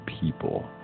people